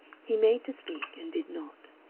he made to speak and did not.